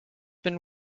been